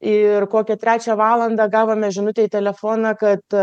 ir kokią trečią valandą gavome žinutę į telefoną kad